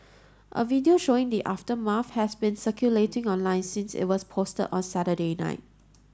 a video showing the aftermath has been circulating online since it was posted on Saturday night